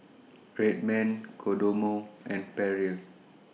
Red Man Kodomo and Perrier